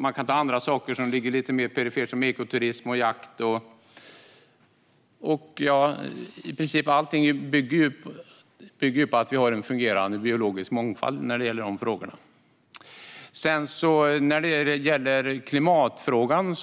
Annat, lite mer perifert, är ekoturism och jakt. Här bygger i princip allt på att vi har en fungerande biologisk mångfald. Klimatfrågan